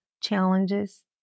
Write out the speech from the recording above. challenges